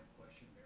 question,